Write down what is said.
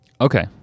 Okay